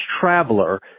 Traveler